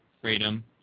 Freedom